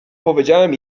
powiedziałem